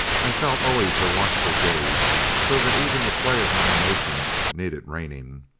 i felt always her watchful gaze, so that even the play of my emotions needed reining.